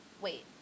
wait